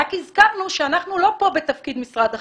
רק הסכמנו שאנחנו לא פה בתפקיד משרד החינוך.